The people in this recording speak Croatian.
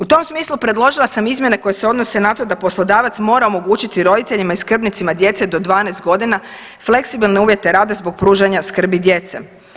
U tom smislu predložila sam izmjene koje se odnose na to da poslodavac mora omogućiti roditeljima i skrbnicima djece do 12 godina fleksibilne uvjete rada zbog pružanja skrbi djece.